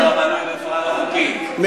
הבית שלו בנוי בצורה לא חוקית.